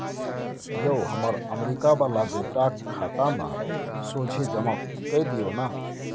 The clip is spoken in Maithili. यौ हमर अमरीका बला बेटाक खाता मे सोझे जमा कए दियौ न